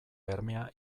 bermea